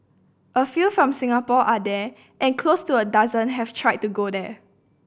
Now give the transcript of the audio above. a few from Singapore are there and close to a dozen have tried to go there